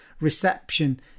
reception